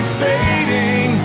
fading